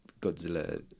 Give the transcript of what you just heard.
Godzilla